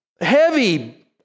heavy